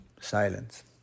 Silence